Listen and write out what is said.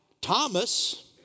Thomas